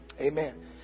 Amen